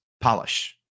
polish